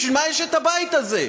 בשביל מה יש הבית הזה?